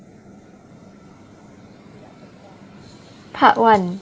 part one